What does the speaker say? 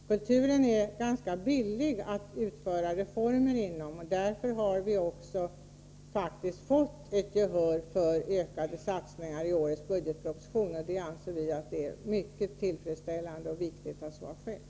Det är ganska billigt att genomföra reformer inom kulturen, och därför har vi också faktiskt fått ett gehör för kraven på ökade satsningar i årets budgetproposition. Vi anser det vara mycket tillfredsställande och viktigt att så har skett.